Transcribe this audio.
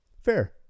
Fair